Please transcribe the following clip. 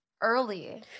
early